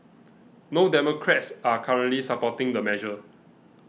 no Democrats are currently supporting the measure